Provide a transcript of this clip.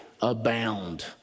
abound